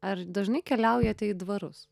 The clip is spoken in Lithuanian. ar dažnai keliaujate į dvarus